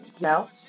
No